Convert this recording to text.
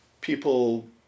people